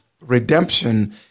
Redemption